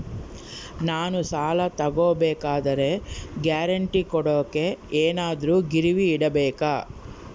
ನಾನು ಸಾಲ ತಗೋಬೇಕಾದರೆ ಗ್ಯಾರಂಟಿ ಕೊಡೋಕೆ ಏನಾದ್ರೂ ಗಿರಿವಿ ಇಡಬೇಕಾ?